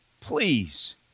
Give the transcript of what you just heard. please